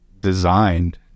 designed